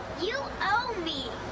you owe me.